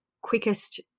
quickest